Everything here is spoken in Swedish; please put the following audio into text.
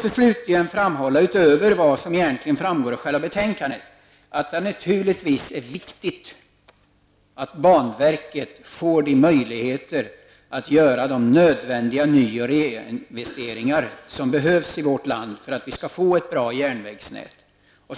Slutligen vill jag, utöver vad som framgår av själva betänkandet, framhålla att det naturligtvis är viktigt att banverket får möjligheter att göra de nyoch reinvesteringar som behövs i vårt land för att vi skall få ett bra järnvägsnät,